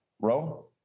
row